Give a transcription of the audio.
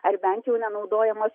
ar bent jau nenaudojamas